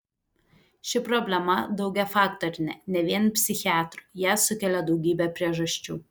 ši problema daugiafaktorinė ne vien psichiatrų ją sukelia daugybė priežasčių